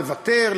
לוותר,